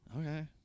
Okay